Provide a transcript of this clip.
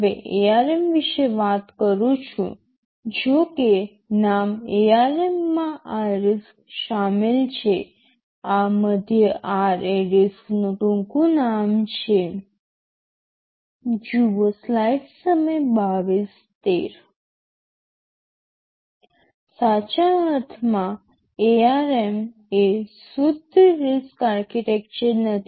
હવે ARM વિશે વાત કરું છું જોકે નામ ARM માં આ RISC શામેલ છે આ મધ્ય R એ RISC નું ટૂંકું નામ છે સાચા અર્થમાં ARM એ શુદ્ધ RISC આર્કિટેક્ચર નથી